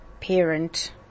parent